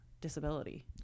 disability